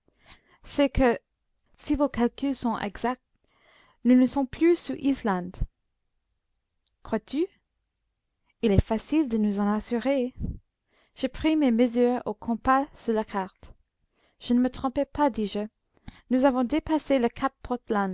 c'est que si vos calculs sont exacts nous ne sommes plus sous l'islande crois-tu il est facile de nous en assurer je pris mes mesures au compas sur la carte je ne me trompais pas dis-je nous avons dépassé le cap